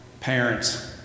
parents